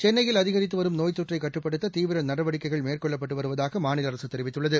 சென்னையில் அதிகரித்துவரும் தொற்றைகட்டுப்படுத்ததீவிரநடவடிக்கைகள் நோய் மேற்கொள்ளப்பட்டுவருவதாகமாநிலஅரசுதெரிவித்துள்ளது